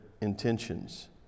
intentions